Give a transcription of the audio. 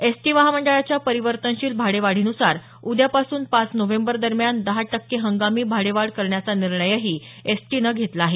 ST महामंडळाच्या परिवर्तनशील भाडेवाढीनुसार उद्यापासून पाच नोव्हेंबर दरम्यान दहा टक्के हंगामी भाडे वाढ करण्याचा निर्णयही एसटीनं घेतला आहे